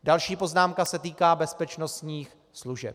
Další poznámka se týká bezpečnostních služeb.